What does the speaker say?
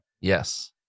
Yes